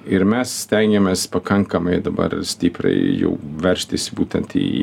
ir mes stengiamės pakankamai dabar stipriai jau veržtis būtent į